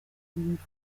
kubivuga